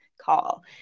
call